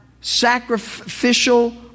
sacrificial